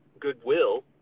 goodwill